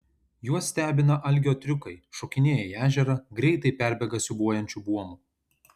juos stebina algio triukai šokinėja į ežerą greitai perbėga siūbuojančiu buomu